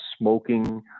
smoking